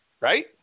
Right